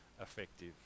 effective